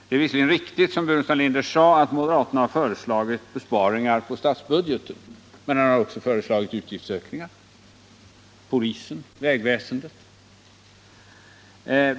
Det är visserligen riktigt, som Staffan Burenstam Linder sade, att moderaterna har föreslagit besparingar på statsbudgeten, men man har också föreslagit utgiftsökningar — till polisen, vägväsendet.